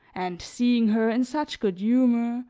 and, seeing her in such good humor,